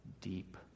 deep